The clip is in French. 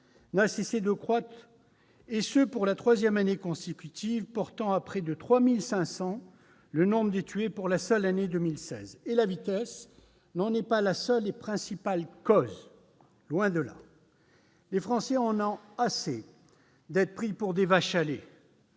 n'a cessé de croître, et ce pour la troisième année consécutive, portant à près de 3 500 le nombre de tués pour la seule année 2016. La vitesse n'en est pas la seule et principale cause, loin de là. Les Français en ont assez d'être pris pour des vaches à lait